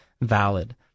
valid